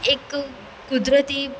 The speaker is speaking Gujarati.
એક કુદરતી